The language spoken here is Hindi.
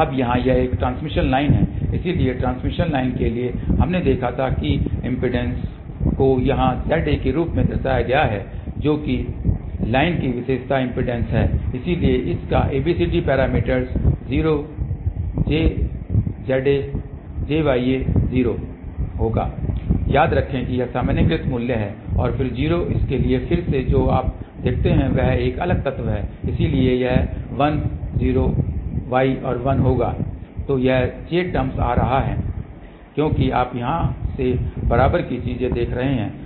अब यहाँ यह एक ट्रांसमिशन लाइन है इसलिए ट्रांसमिशन लाइन के लिए हमने देखा था कि इम्पीडेन्स को यहाँ Za के रूप में दर्शाया गया है जो कि लाइन की विशेषता इम्पीडेन्स है लेकिन इस का ABCD पैरामीटर होगा याद रखें कि ये सामान्यीकृत मूल्य हैं और फिर 0 इसके लिए फिर से जो हम देखते हैं वह एक अलग तत्व है इसलिए यह होगा तो ये j टर्म आ रहे हैं क्योंकि आप यहाँ से बराबर की चीज़ देख रहे हैं